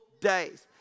days